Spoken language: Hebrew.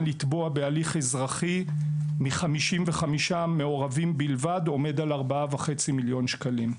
לתבוע בהליך אזרחי מ-55 מעורבים בלבד עומד על 4.5 מיליון שקלים.